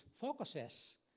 focuses